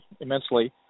immensely